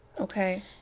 Okay